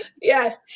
yes